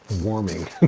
warming